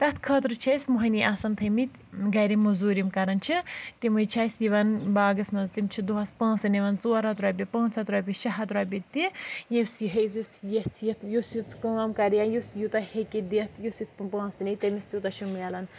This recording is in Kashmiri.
تَتھ خٲطرٕ چھِ أسۍ مٔہنی آسان تھٲے مٕتۍ گَرِ مۆزوٗرۍ یِِم کَران چھِ تِمٕے چھِ اَسہِ یِوان باغَس منٛز تِم چھِ دۄہَس پونٛسہٕ نِوان ژور ہَتھ رۄپیہِ پانٛژھ ہَتھ رۄپیہِ شےٚ ہَتھ رۄپیہِ تہِ یُس یہِ ہیٚیہِ یُس ییٚژھِ یُس یُس کٲم کَرِ یا یُس یوٗتاہ ہیٚکہِ دِتھ یُس یُتھ پٲٹھۍ پونٛسہٕ نِیہِ تٔمِس تیوٗتاہ چھُ مِلان